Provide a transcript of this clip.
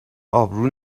ابرو